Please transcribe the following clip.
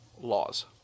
laws